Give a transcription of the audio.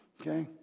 Okay